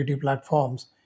platforms